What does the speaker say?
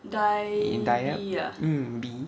die~ mm dieb